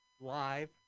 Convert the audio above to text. live